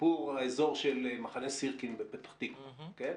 סיפור האזור של מחנה סירקין בפתח תקווה,